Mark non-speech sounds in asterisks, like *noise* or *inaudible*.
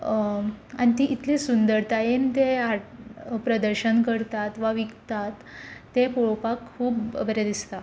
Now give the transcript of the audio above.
आनी ती इतली सुंदरतायेन ते *unintelligible* प्रदर्शन करतात वा विकतात तें पळोवपाक खूब बरें दिसता